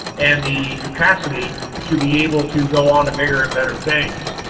and the capacity to be able to go on to bigger and better things.